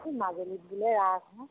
মাজুলীত বুলি ৰাস হয়